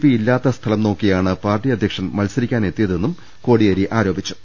P ഇല്ലാത്ത സ്ഥലംനോക്കിയാണ് party അധ്യക്ഷൻ മത്സരിക്കാനെത്തിയതെന്നും കോടി യേരി ആരോപിച്ചു